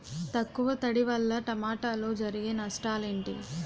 తక్కువ తడి వల్ల టమోటాలో జరిగే నష్టాలేంటి?